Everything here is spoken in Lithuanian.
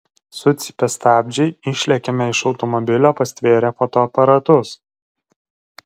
sucypia stabdžiai išlekiame iš automobilio pastvėrę fotoaparatus